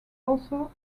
also